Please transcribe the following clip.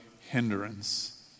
hindrance